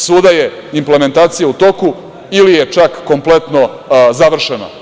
Svuda je implementacija u toku ili je čak kompletno završena.